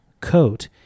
Coat